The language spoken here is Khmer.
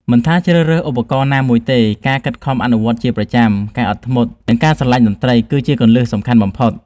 មិនថាជ្រើសរើសឧបករណ៍ណាមួយទេ ការខិតខំអនុវត្តជាប្រចាំ ការអត់ធ្មត់ និងការស្រឡាញ់តន្ត្រី គឺជាគន្លឹះសំខាន់បំផុត